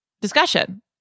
discussion